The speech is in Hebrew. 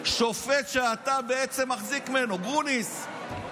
שופט שאתה מחזיק ממנו, גרוניס.